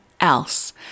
else